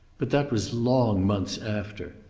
but that was long months after.